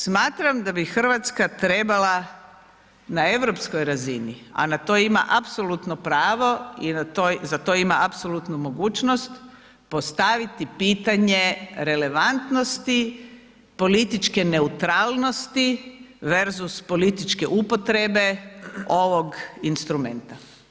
Smatram da bi RH trebala na europskoj razini, a na to ima apsolutno pravo i za to ima apsolutnu mogućnost postaviti pitanje relevantnosti, političke neutralnosti, verzus političke upotrebe ovog instrumenta.